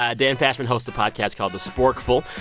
ah dan pashman hosts a podcast called the sporkful.